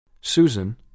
Susan